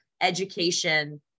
education